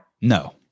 No